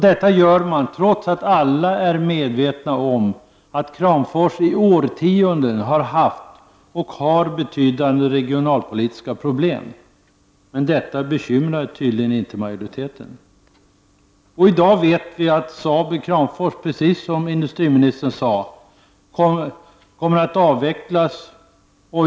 Detta gör man trots att alla är medvetna om att Kramfors sedan årtionden tillbaka har betydande regionalpolitiska problem. Men detta bekymrar tydligen inte majoriteten. I dag vet vi ju att Saab i Kramfors, precis som industriministern sade, kommer att avvecklas.